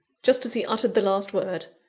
just as he uttered the last word,